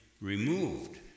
removed